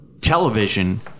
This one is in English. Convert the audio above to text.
Television